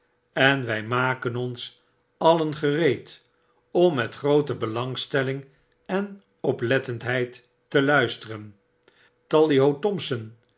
en wij maken ons alien gereed om met groote belangstelling en oplettendheid te luisteren tally bo thompson